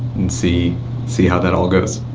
and see see how that all goes.